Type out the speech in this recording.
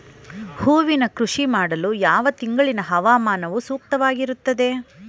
ಹೂವಿನ ಕೃಷಿ ಮಾಡಲು ಯಾವ ತಿಂಗಳಿನ ಹವಾಮಾನವು ಸೂಕ್ತವಾಗಿರುತ್ತದೆ?